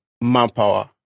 manpower